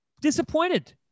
disappointed